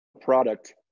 product